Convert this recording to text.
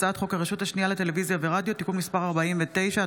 הצעת חוק הרשות השנייה לטלוויזיה ולרדיו (תיקון מס' 49),